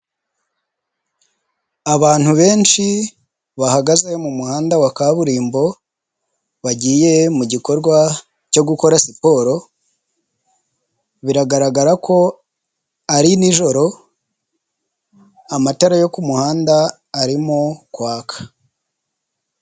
Abantu benshi bahagaze mumuhanda wa kaburimbo, bagiye mugikorwa cyo gukora siporo, biragaragara ko ari nijoro, amatara yo kumuhanda arimo kwaka.